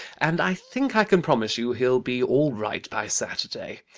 and i think i can promise you he'll be all right by saturday.